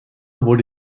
wurde